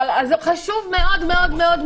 זה חשוב מאוד מאוד,